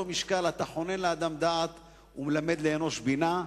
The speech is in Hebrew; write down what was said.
משקל: אתה חונן לאדם דעת ומלמד לאנוש בינה.